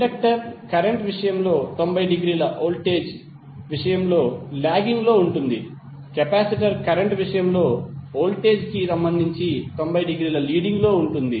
inductor current విషయంలో 90 డిగ్రీల voltage విషయంలో లాగింగ్ లో ఉంటుంది కెపాసిటర్ కరెంట్ విషయంలో వోల్టేజ్ కి సంబంధించి 90 డిగ్రీల లీడింగ్ లో ఉంటుంది